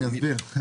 אני אסביר.